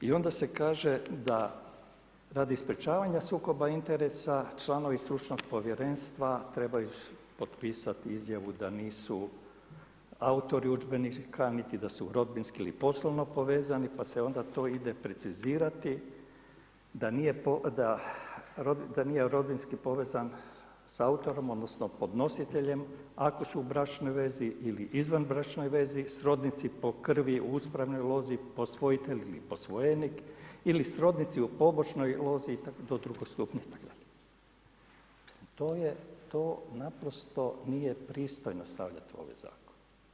I onda se kaže da sprječavanja sukoba interesa, članovi stručnog povjerenstva trebaju potpisati izjavu da nisu autori udžbenika niti da su rodbinski ili poslovni povezani pa se onda to ide precizirati da nije rodbinski povezan sa autorom odnosno podnositeljem, ako su u bračnoj vezi ili izvanbračnoj vezi, srodnici po krvi, uspravnoj lozi, posvojitelji ili posvojenik ili srodnici u pomoćnoj lozi do drugostupnih ... Mislim, to naprosto nije pristojno stavljati u ovaj zakon.